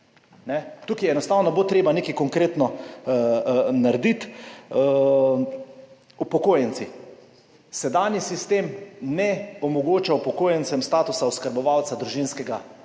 Tukaj enostavno bo treba nekaj konkretno narediti. Upokojenci. Sedanji sistem ne omogoča upokojencem statusa oskrbovalca družinskega